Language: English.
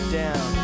down